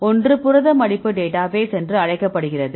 ஒன்று புரத மடிப்பு டேட்டாபேஸ் என்று அழைக்கப்படுகிறது